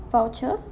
voucher